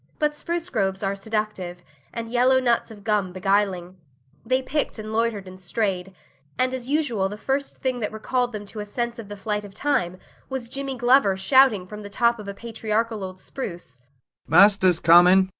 but spruce groves are seductive and yellow nuts of gum beguiling they picked and loitered and strayed and as usual the first thing that recalled them to a sense of the flight of time was jimmy glover shouting from the top of a patriarchal old spruce master's coming.